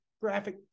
graphic